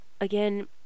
again